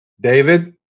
David